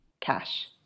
Cash